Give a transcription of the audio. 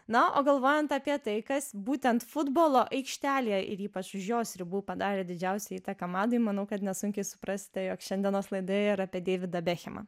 na o galvojant apie tai kas būtent futbolo aikštelėje ir ypač už jos ribų padarė didžiausią įtaką madai manau kad nesunkiai suprasite jog šiandienos laida yra apie deividą bekhemą